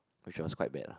which was quite bad lah